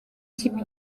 kipe